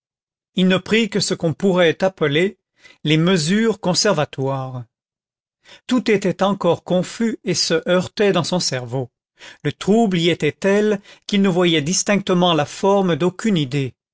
il ne prit que ce qu'on pourrait appeler les mesures conservatoires tout était encore confus et se heurtait dans son cerveau le trouble y était tel qu'il ne voyait distinctement la forme d'aucune idée